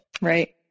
Right